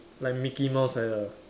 like Micky mouse like that